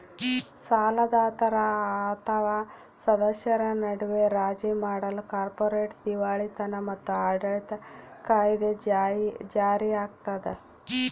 ಸಾಲದಾತರ ಅಥವಾ ಸದಸ್ಯರ ನಡುವೆ ರಾಜಿ ಮಾಡಲು ಕಾರ್ಪೊರೇಟ್ ದಿವಾಳಿತನ ಮತ್ತು ಆಡಳಿತ ಕಾಯಿದೆ ಜಾರಿಯಾಗ್ತದ